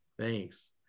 Thanks